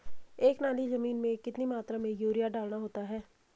एक नाली जमीन में कितनी मात्रा में यूरिया डालना होता है?